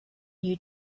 new